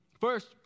First